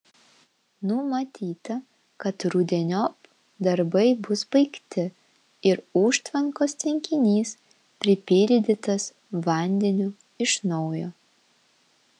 numatyta kad rudeniop darbai bus baigti ir užtvankos tvenkinys pripildytas vandeniu iš naujo